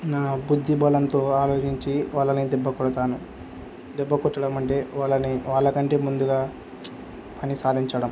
నా బుద్ధి బలంతో ఆలోచించి వాళ్ళని దెబ్బకొడతాను దెబ్బకొట్టడం అంటే వాళ్ళని వాళ్ళకంటే ముందుగా పని సాధించడం